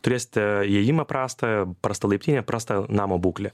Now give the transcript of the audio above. turėsite įėjimą prastą prasta laiptinė prasta namo būklė